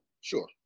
sure